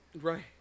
Right